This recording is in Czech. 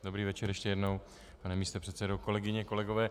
Dobrý večer ještě jednou, pane místopředsedo, kolegyně, kolegové.